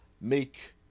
make